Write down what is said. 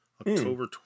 october